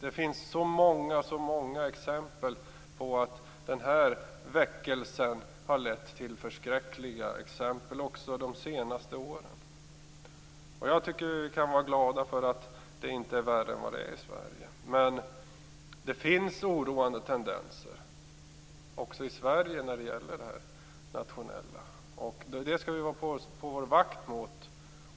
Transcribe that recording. Det finns så många exempel på att denna väckelse har lett till förskräckliga saker också under de senaste åren. Vi kan vara glada för att det inte är värre än vad det är i Sverige. Men det finns oroande tendenser också i Sverige när det gäller det nationella. Det skall vi vara på vår vakt mot.